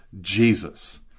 jesus